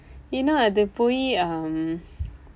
ஏன் என்றால் அது போய்:een enraal athu pooy um